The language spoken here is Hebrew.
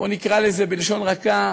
בואו נקרא לזה בלשון רכה,